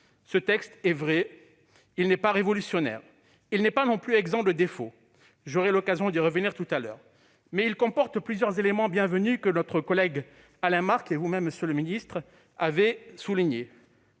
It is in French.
Ce texte, il est vrai, n'est pas révolutionnaire, il n'est pas non plus exempt de défauts- j'aurais l'occasion d'y revenir tout à l'heure. Toutefois, il comporte plusieurs éléments bienvenus que notre collègue Alain Marc et vous-même, monsieur le garde des sceaux, avez soulignés.